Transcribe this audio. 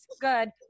good